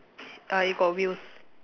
uh it got wheels